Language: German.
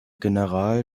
general